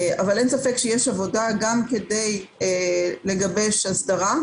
אבל אין ספק שיש עבודה גם כדי לגבש הסדרה,